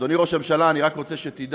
אדוני ראש הממשלה, אני רק רוצה שתדע: